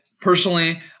Personally